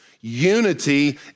unity